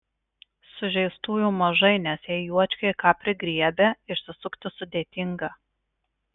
sužeistųjų mažai nes jei juočkiai ką prigriebia išsisukti sudėtinga